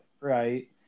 Right